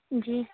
جی